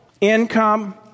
income